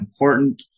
important